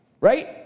right